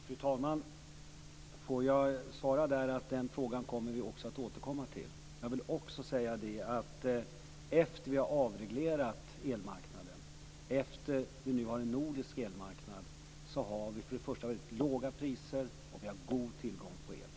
Fru talman! Den frågan återkommer vi till. Efter det att vi har avreglerat elmarknaden och efter det att vi har en nordisk elmarknad kommer det att bli låga priser och god tillgång på el.